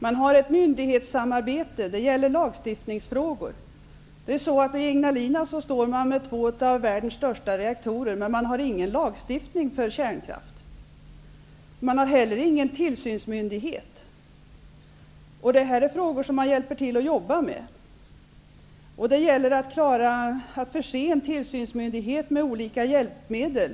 Man har ett myndighetssamarbete i lagstiftningsfrågor. Vid Ignalina finns nämligen två av världens största reaktorer. Men det finns ingen lagstiftning på kärnkraftens område. Det finns heller ingen tillsynsmyndighet. Man hjälper till i jobbet med dessa frågor. Det gäller att förse en tillsynsmyndighet med olika hjälpmedel.